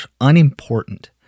unimportant